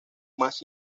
más